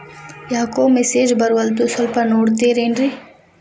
ಯಾಕೊ ಮೆಸೇಜ್ ಬರ್ವಲ್ತು ಸ್ವಲ್ಪ ನೋಡ್ತಿರೇನ್ರಿ?